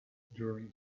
during